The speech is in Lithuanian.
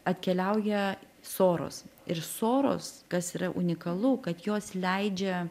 atkeliauja soros ir soros kas yra unikalu kad jos leidžia